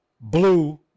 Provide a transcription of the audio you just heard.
Blue